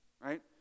right